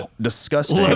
disgusting